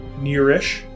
nearish